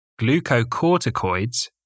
glucocorticoids